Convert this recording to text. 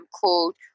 called